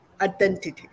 identity